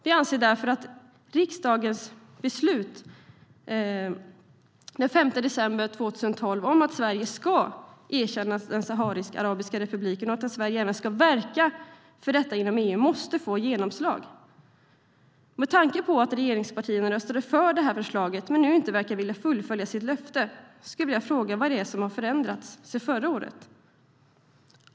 Vi anser därför att riksdagens beslut den 5 december 2012 om att Sverige ska erkänna den sahariska arabiska republiken och att Sverige även ska verka för detta inom EU måste få genomslag. Med tanke på att regeringspartierna röstade för förslaget men nu inte verkar vilja fullfölja sitt löfte skulle jag vilja fråga vad det är som har förändrats sedan förra året.